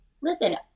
listen